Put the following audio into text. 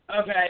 Okay